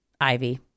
Ivy